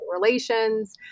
relations